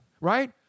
Right